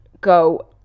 go